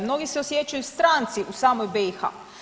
Mnogi se osjećaju stranci u samoj BiH.